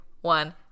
one